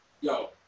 yo